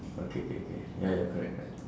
okay K K ya ya correct correct